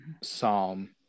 Psalm